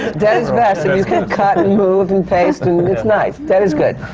dead is best, so you can cut and move and paste, and it's nice. dead is good.